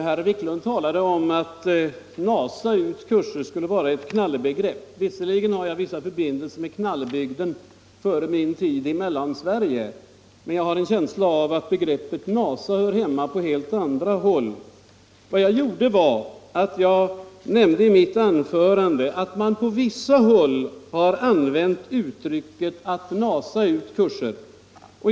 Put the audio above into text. Herr talman! Herr Wiklund säger att ”nasa ut” skulle vara ett knallebegrepp. Visserligen hade jag förbindelser med knallebygden, innan jag kom till Mellansverige, men jag har en känsla av att begreppet ”nasa” hör hemma på helt andra håll. Vad jag gjorde var att jag i mitt anförande nämnde att man på vissa håll har använt uttrycket ”nasa ut” kurser.